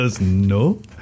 no